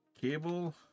cable